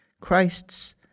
Christ's